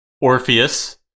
Orpheus